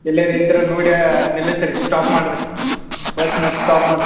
ಎಲ್ಲಾರ್ ಇದ್ರೆ ನೋಡ್ಯಾ ನಿಲ್ಲಿಸಿರಿ ಸ್ಟಾಪ್ ಮಾಡಿರಿ ಬಸ್ನಾಗೆ ಸ್ಟಾಪ್ ಮಾಡ್ರಿ